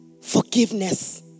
Forgiveness